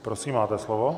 Prosím, máte slovo.